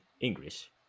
English